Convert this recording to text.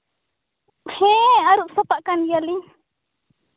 ᱦᱮᱸ ᱟᱹᱨᱩᱵ ᱥᱟᱯᱷᱟᱜ ᱠᱟᱱ ᱜᱮᱭᱟᱞᱤᱧ